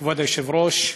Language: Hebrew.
כבוד היושב-ראש,